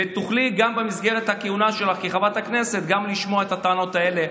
ותוכלי גם במסגרת הכהונה שלך כחברת הכנסת לשמוע את הטענות האלה,